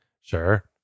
Sure